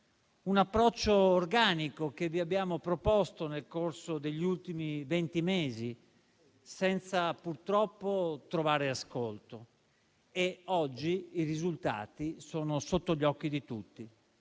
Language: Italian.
Un approccio organico che vi abbiamo proposto nel corso degli ultimi venti mesi, senza purtroppo trovare ascolto. Oggi i risultati sono sotto gli occhi di tutti: